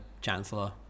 Chancellor